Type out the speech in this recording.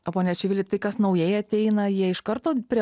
o pone čivili tai kas naujai ateina jie iš karto prie